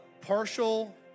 partial